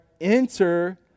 enter